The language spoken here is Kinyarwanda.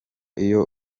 iyo